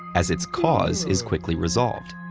as its cause is quickly resolved.